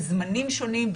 בזמנים שונים,